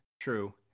true